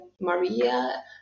Maria